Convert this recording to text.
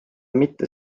mitte